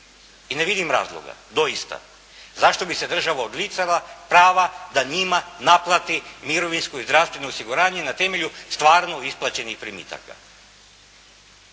I ne vidim razloga doista, zašto bi se država odricala prava da njima naplati mirovinsko i zdravstveno osiguranje na temelju stvarno isplaćenih primitaka.